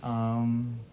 um